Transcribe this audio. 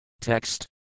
Text